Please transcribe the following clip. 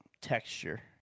texture